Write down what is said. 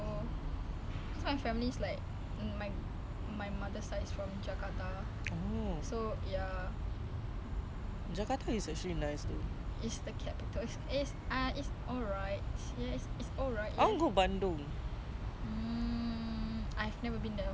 bandung lah minum bandung macam tak rasa kan nak pergi sana minum bandung ah eh lagi feel macam eh aku tengah minum bandung kat bandung then my I_G followers will be like okay kau setakat pergi bandung minum bandung